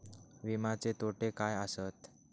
विमाचे तोटे काय आसत?